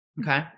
Okay